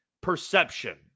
perception